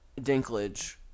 Dinklage